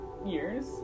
Years